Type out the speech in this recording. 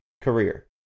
career